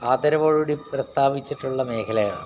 ആദരവോടുകൂടി പ്രസ്താവിച്ചിട്ടുള്ള മേഖലയാണ്